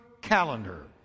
calendar